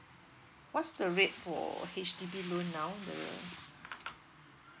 what's the rate for H_D_B loan now the